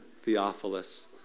Theophilus